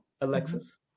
Alexis